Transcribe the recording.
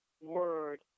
word